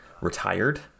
retired